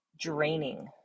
draining